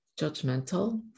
judgmental